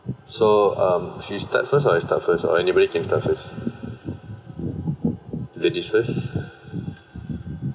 so um she start first or I start first or anybody can start first ladies first